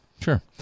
sure